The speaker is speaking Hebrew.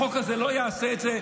החוק הזה לא יעשה את זה.